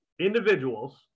individuals –